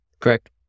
Correct